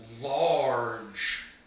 large